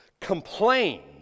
complained